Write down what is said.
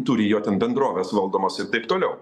turi jo ten bendrovės valdomos ir taip toliau